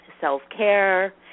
self-care